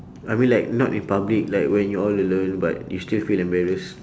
I mean like not in public like when you're all alone but you still feel embarrass